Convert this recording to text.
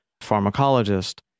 pharmacologist